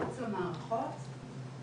מחוץ למערכות.